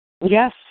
Yes